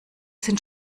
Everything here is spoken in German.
sind